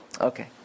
Okay